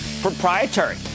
proprietary